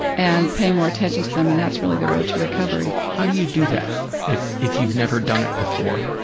and pay more attention to them and that's really the road to recovery. how do you do that if if you've never done it before?